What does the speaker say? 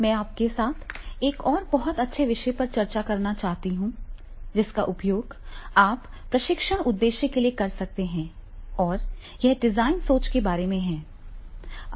मैं आपके साथ एक और बहुत अच्छे विषय पर चर्चा करना चाहता हूं जिसका उपयोग आप प्रशिक्षण उद्देश्य के लिए कर सकते हैं और यह डिजाइन सोच के बारे में है